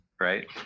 right